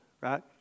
right